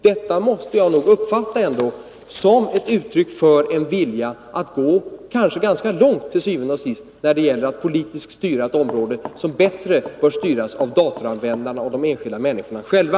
Detta måste jag ändå uppfatta som ett uttryck för en vilja att til syvende og sidst gå ganska långt när det gäller att politiskt styra ett område som enligt detta hänseende. På ett ställe står det, efter det att man redogjort för . min uppfattning bättre styrs av datoranvändarna och de enskilda människorna själva.